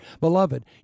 Beloved